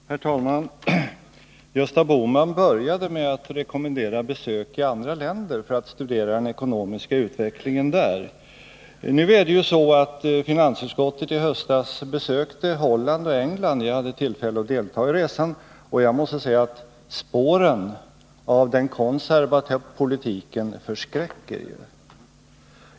Herr talman! Gösta Bohman började med att rekommendera besök i andra länder för att studera den ekonomiska utvecklingen där. Nu är det så att finansutskottet i höstas besökte Holland och England, och jag hade tillfälle att delta i den resan. Jag måste säga: Spåren av den konservativa politiken förskräcker.